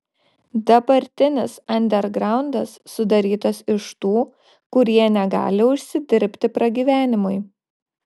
dabartinis andergraundas sudarytas iš tų kurie negali užsidirbti pragyvenimui